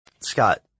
Scott